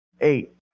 Eight